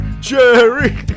Jerry